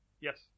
Yes